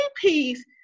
piece